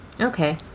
Okay